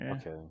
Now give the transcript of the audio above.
Okay